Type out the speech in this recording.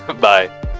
Bye